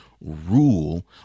rule